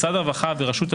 משרד הרווחה ורשות אוכלוסין.